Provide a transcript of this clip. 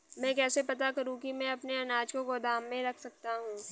मैं कैसे पता करूँ कि मैं अपने अनाज को गोदाम में रख सकता हूँ?